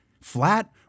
flat